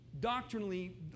doctrinally